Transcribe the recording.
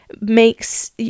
makes